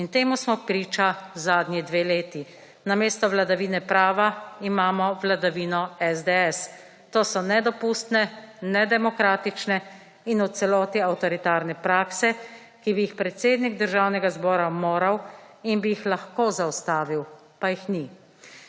In temu smo priča zadnji 2 leti. Namesto vladavine prava imamo vladavino SDS. To so nedopustne, nedemokratične in v celoti avtoritarne prakse, ki bi jih predsednik Državnega zbora moral in bi jih lahko zaustavil, pa jih ni.